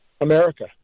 America